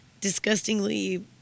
disgustingly